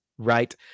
right